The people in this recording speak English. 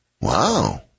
Wow